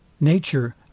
Nature